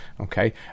Okay